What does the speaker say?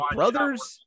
brothers